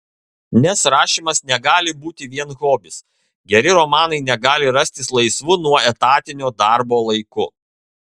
nes rašymas negali būti vien hobis geri romanai negali rastis laisvu nuo etatinio darbo laiku